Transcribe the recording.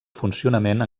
funcionament